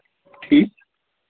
ٹھیٖک